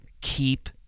Keep